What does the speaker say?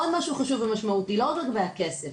עוד משהו חשוב ומשמעותי לא רק לגבי הכסף.